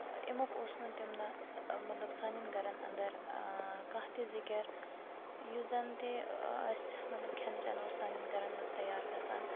اَمیُک اوس نہٕ تمہِ دۄہ مطلب سانٮ۪ن گَرَن اَندر ٲں کانٛہہ تہِ ذکِر یُس زَن تہِ اَسہِ مطلب کھٮ۪ن چھٮ۪ن اوس سانٮ۪ن گَرَن مَنٛز تیار گَژھان